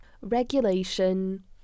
Regulation